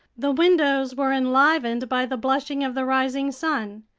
the windows were enlivened by the blushing of the rising sun.